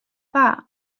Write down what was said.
that